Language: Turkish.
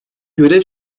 görev